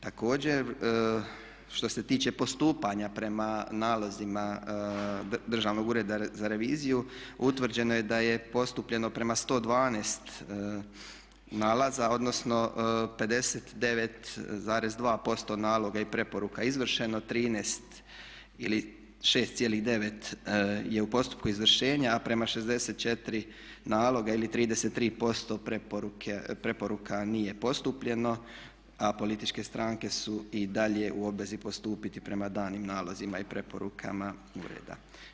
Također, što se tiče postupanja prema nalazima Državnog ureda za reviziju utvrđeno je da je postupljeno prema 112 nalaza odnosno 59,2% naloga i preporuka izvršeno, 13 ili 6,9% je u postupku izvršenja a prema 64 naloga ili 33% preporuka nije postupljeno, a političke stranke su i dalje u obvezi postupiti prema danim nalozima i preporukama ureda.